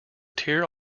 tear